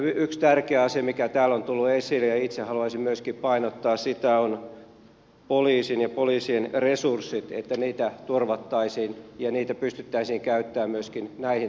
yksi tärkeä asia mikä täällä on tullut esille ja mitä itse haluaisin myöskin painottaa on poliisin ja poliisien resurssit että niitä turvattaisiin ja niitä pystyttäisiin käyttämään myöskin näihin tärkeisiin asioihin